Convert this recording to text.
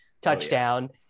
touchdown